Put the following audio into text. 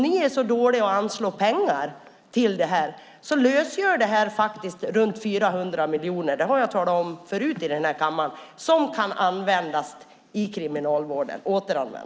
Ni är så dåliga på att anslå pengar till detta, men detta lösgör faktiskt runt 400 miljoner - det har jag talat om förut i denna kammare - som kan användas i kriminalvården.